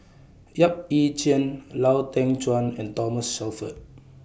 Yap Ee Chian Lau Teng Chuan and Thomas Shelford